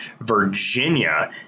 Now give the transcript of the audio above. Virginia